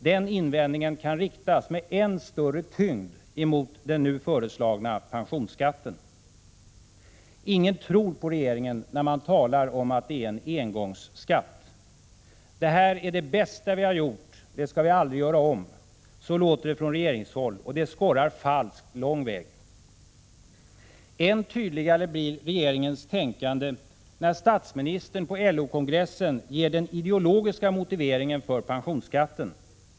Den invändningen kan riktas, med än större tyngd, mot den nu föreslagna pensionsskatten. Ingen tror på regeringen när den talar om engångsskatt. ”Det här är det bästa vi har gjort. Det skall vi aldrig göra om.” Så låter det från regeringshåll. Det skorrar falskt lång väg. Än tydligare blir regeringens tänkande när statsministern på LO-kongressen ger den ideologiska motiveringen för pensionsskatten.